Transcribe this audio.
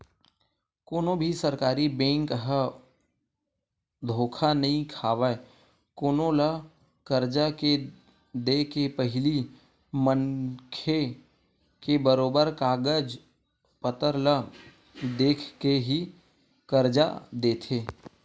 कोनो भी सरकारी बेंक ह धोखा नइ खावय कोनो ल करजा के देके पहिली मनखे के बरोबर कागज पतर ल देख के ही करजा देथे